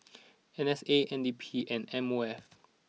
N A S N D P and M O F